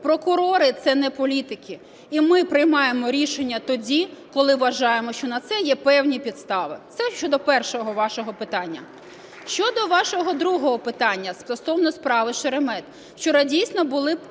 Прокурори – це не політики. І ми приймаємо рішення тоді, коли вважаємо, що на це є певні підстави. Це щодо першого вашого питання. Щодо вашого другого питання стосовно справи Шеремета. Вчора дійсно були